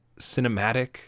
cinematic